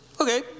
okay